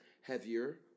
heavier